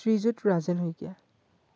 Srijut Rajen Saikia